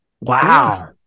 Wow